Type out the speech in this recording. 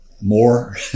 more